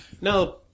Now